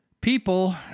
people